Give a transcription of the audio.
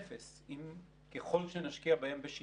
כלפי חו"ל; פיקוד העורף